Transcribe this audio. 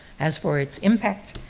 as for its impact,